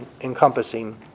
encompassing